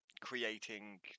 creating